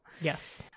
Yes